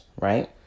Right